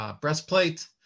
breastplate